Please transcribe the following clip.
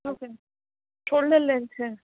okay shoulder length છે